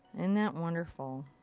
and that wonderful?